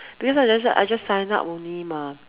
because I just I just sign up only mah